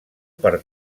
per